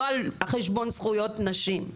לא על חשבון זכויות נשים.